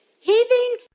heaving